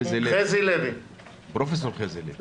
בזום, פרופסור חזי לוי.